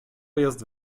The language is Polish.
jest